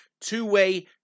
two-way